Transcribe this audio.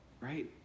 right